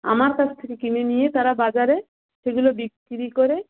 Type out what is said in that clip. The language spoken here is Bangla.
আমার কাছ থেকে কিনে নিয়ে তারা বাজারে সেগুলো বিক্রি করে